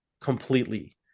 completely